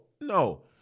no